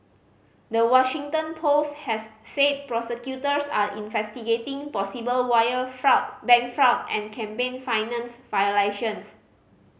the Washington Post has said prosecutors are investigating possible wire fraud bank fraud and campaign finance violations